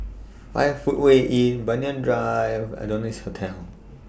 five Footway Inn Banyan Drive Adonis Hotel